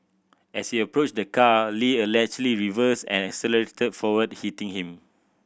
as he approached the car Lee allegedly reversed and accelerated forward hitting him